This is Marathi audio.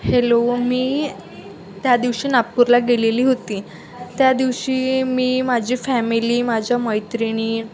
हॅलो मी त्या दिवशी नागपूरला गेलेली होती त्या दिवशी मी माझी फॅमिली माझ्या मैत्रिणी